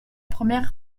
première